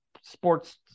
sports